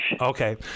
Okay